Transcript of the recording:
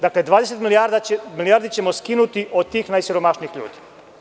Dakle, 20 milijardi ćemo skinuti od tih najsiromašnijih ljudi.